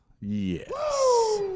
Yes